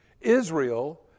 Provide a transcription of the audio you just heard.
Israel